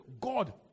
God